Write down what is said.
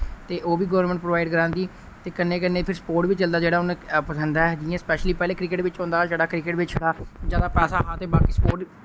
ते ओह् वि गोरमैंट प्रोवाइड करांदी ते कन्नै कन्नै फिर स्पोर्ट बी चलदा जेह्ड़ा उ'ने पसंद ऐ जि'यां स्पैशयली पैह्ले क्रिकेट बिच होंदा हा छड़ा क्रिकेट बिच छड़ा ज्यादा पैसा हा ते बाकी सप्पोर्ट